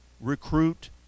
recruit